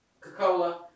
Coca-Cola